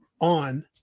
on